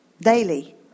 Daily